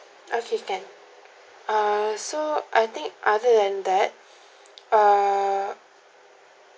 okay can err so I think other than that err